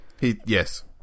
Yes